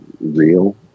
real